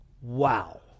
Wow